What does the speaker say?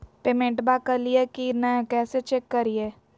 पेमेंटबा कलिए की नय, कैसे चेक करिए?